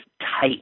tight